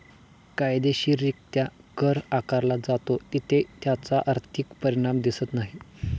कायदेशीररित्या कर आकारला जातो तिथे त्याचा आर्थिक परिणाम दिसत नाही